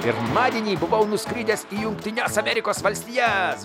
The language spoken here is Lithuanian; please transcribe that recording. pirmadienį buvau nuskridęs į jungtines amerikos valstijas